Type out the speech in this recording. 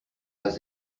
pas